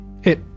Hit